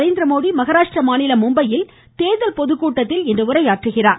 நரேந்திரமோடி மஹாராஷ்டிர மாநிலம் மும்பையில் இன்று தேர்தல் பொதுக் கூட்டத்தில் உரையாற்றுகிறார்